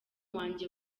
wanjye